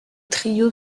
trio